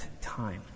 time